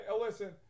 listen